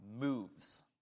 moves